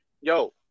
yo